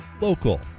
local